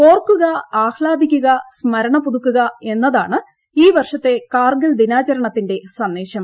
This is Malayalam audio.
ഓർക്കുക ആഹ്താദിക്കുക സ്മരണ് പുതുക്കുക എന്നതാണ് ഈ വർഷത്തെ കാർഗിൽ ദിനാചരണത്തിന്റെ സന്ദേശം